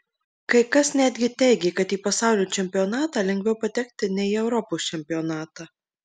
kai kas netgi teigė kad į pasaulio čempionatą lengviau patekti nei į europos čempionatą